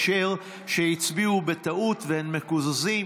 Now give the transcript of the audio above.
אשר שהצביעו בטעות והם מקוזזים,